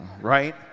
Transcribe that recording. Right